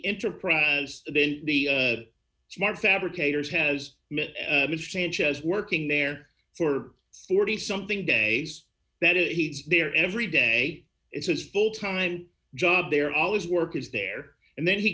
enterprise then the smart fabricators has met mr sanchez working there for forty something days that he's there every day it's his full time job they're all his work is there and then he